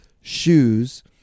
shoes